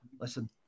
listen